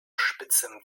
spitzem